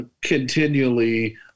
continually